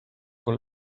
wohl